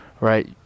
right